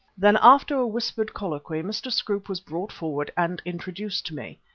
then after a whispered colloquy mr. scroope was brought forward and introduced to me.